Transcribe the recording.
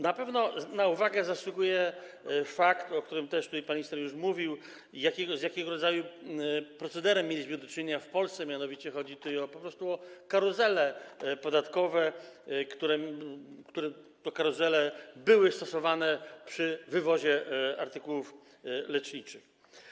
Na pewno na uwagę zasługuje fakt, o czym też tutaj pan minister już powiedział, z jakiego rodzaju procederem mieliśmy do czynienia w Polsce, mianowicie chodzi tutaj po prostu o karuzele podatkowe, które to karuzele były stosowane przy wywozie artykułów leczniczych.